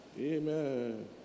Amen